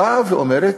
באה ואומרת,